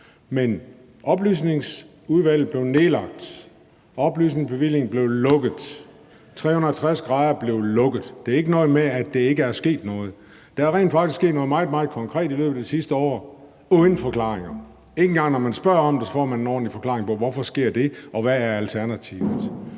Men oplysningsudvalget blev nedlagt; oplysningsbevillingen blev lukket; Magasinet 360° blev lukket. Der er ikke noget med, at der ikke er sket noget. Der er rent faktisk sket noget meget, meget konkret i løbet af det sidste år uden forklaringer. Ikke engang når man spørger om det, får man en ordentlig forklaring på, hvorfor det sker, og hvad alternativet